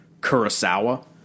Kurosawa